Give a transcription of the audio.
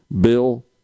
bill